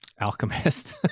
Alchemist